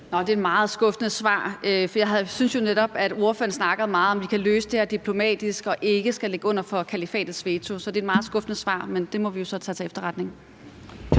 Det er et meget skuffende svar, for jeg synes jo netop, at ordføreren snakker meget om, at vi kan løse det her diplomatisk og ikke skal ligge under for kalifatets veto. Så det er et meget skuffende svar, men det må vi jo så tage til efterretning.